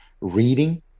reading